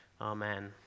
amen